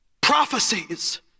prophecies